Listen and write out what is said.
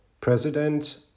president